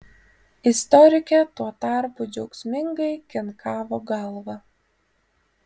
istorikė tuo tarpu džiaugsmingai kinkavo galva